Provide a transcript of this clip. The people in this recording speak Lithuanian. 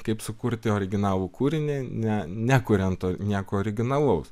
kaip sukurti originalų kūrinį ne nekuriant nieko originalaus